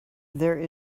there